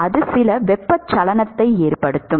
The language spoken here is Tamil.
அது சில வெப்பச்சலனத்தை ஏற்படுத்தும்